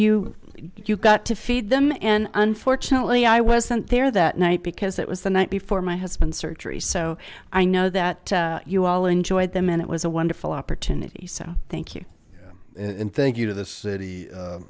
you you got to feed them and unfortunately i wasn't there that night because it was the night before my husband's surgery so i know that you all enjoyed them and it was a wonderful opportunity so thank you and thank you to the city